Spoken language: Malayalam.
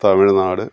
തമിഴ്നാട്